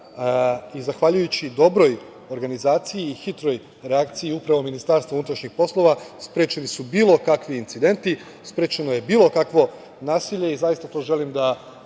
Zahvaljujući dobroj organizaciji i hitroj reakciji upravo MUP-a, sprečeni su bilo kakvi incidenti, sprečeno je bilo kakvo nasilje i zaista to želim da